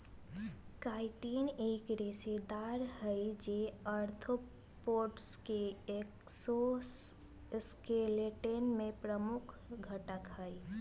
chitin एक रेशेदार हई, जो आर्थ्रोपोड्स के एक्सोस्केलेटन में प्रमुख घटक हई